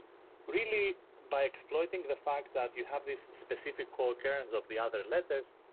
really, by exploiting the fact that you have this specific co-occurrence of the other letters,